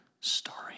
story